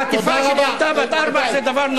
חטיפה של ילדה בת ארבע זה דבר נורא.